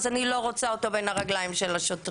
אז אני לא רוצה אותו בין הרגליים של השוטרים.